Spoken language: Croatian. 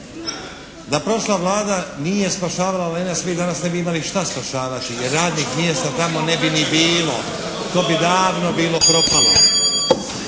Da prošla Vlada nije spašavala "Lenac" vi danas ne bi imali šta spašavati i radnih mjesta tamo ne bi ni bilo. To bi davno bilo propalo.